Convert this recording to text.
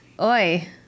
Oi